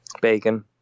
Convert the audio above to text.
Bacon